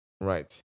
Right